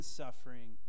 suffering